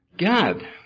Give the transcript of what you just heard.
God